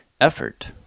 effort